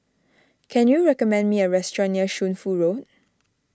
can you recommend me a restaurant near Shunfu Road